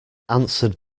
answered